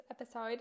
episode